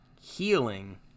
healing